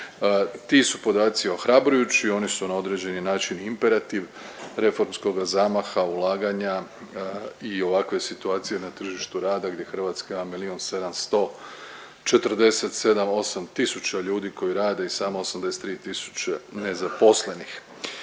Ti su podaci ohrabrujući, oni su na određeni način imperativ reformskoga zamaha, ulaganja i ovakve situacije na tržištu rada gdje Hrvatska milijun sedamsto četrdeset